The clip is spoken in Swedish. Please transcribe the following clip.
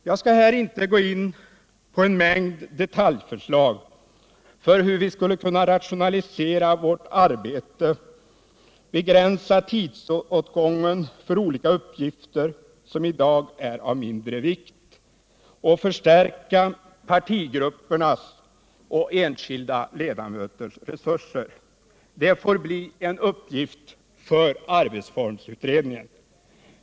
Jag skall här inte gå in på en mängd detaljförslag om hur vi skulle kunna rationalisera vårt arbete, begränsa tidsåtgången för olika uppgifter som i dag är av mindre vikt och förstärka partigruppernas och enskilda ledamöters resurser. Det får bli en uppgift för arbetsformsutredningen.